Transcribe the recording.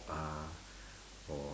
ah or